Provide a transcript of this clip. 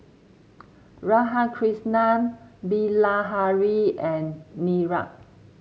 Radhakrishnan Bilahari and Niraj